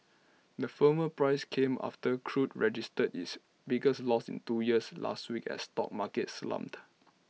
the firmer prices came after crude registered its biggest loss in two years last week as stock markets slumped